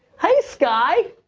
hey, sky.